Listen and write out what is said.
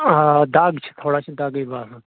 آ دَگ چھِ تھوڑا چھِ دَگٕے باسان